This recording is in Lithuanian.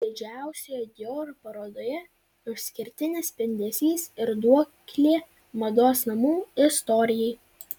didžiausioje dior parodoje išskirtinis spindesys ir duoklė mados namų istorijai